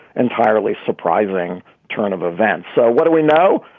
entirely surprising turn of events. so what do we know?